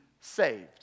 saved